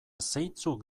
zeintzuk